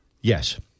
Yes